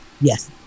Yes